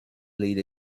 leader